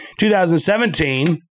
2017